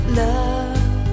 love